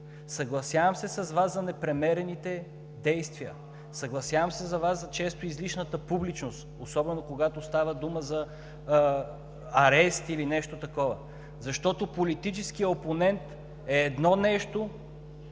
Съгласявам се с Вас за непремерените действия, съгласявам се с Вас за често излишната публичност, особено когато става дума за арест или нещо такова, защото политическият опонент е едно нещо,